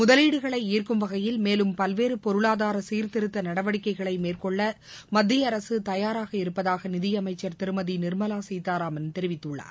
முதலீடுகளை ஈர்க்கும் வகையில் மேலும் பல்வேறு பொருளாதார சீர்திருத்த நடவடிக்கைகளை மேற்கொள்ள மத்திய அரசு தயாராக இருப்பதாக நிதியமைச்சர் திருமதி நிர்மலா சீதாராமன் தெரிவித்துள்ளார்